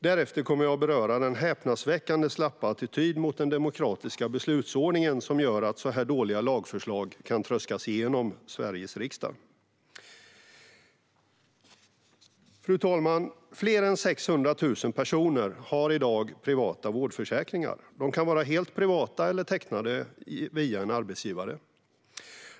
Därefter kommer jag att beröra den häpnadsväckande slappa attityd mot den demokratiska beslutsordningen som gör att så här dåliga lagförslag kan tröskas igenom Sveriges riksdag. Fru talman! Fler än 600 000 personer har i dag privata vårdförsäkringar. De kan vara helt privata eller tecknade via en arbetsgivare.